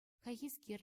хайхискер